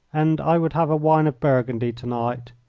and i would have a wine of burgundy to-night.